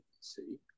see